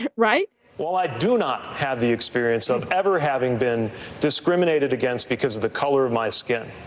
right well, i do not have the experience of ever having been discriminated against because of the color of my skin.